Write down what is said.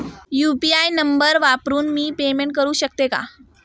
UPI number वापरून मी payment करू शकते का?